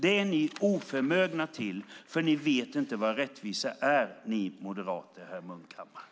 Det är ni oförmögna till, ni moderater, för ni vet inte vad rättvisa är, herr Munkhammar!